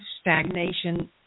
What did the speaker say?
stagnation